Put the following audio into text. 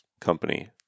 company